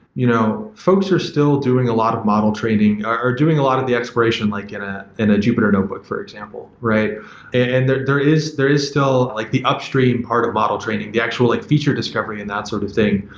you know folks are still doing a lot of model training or doing a lot of the exploration like ah in a jupyter notebook, for example. and there there is there is still like the upstream part of model training, the actual like feature discovery and that sort of thing.